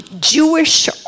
Jewish